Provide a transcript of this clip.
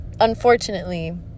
Unfortunately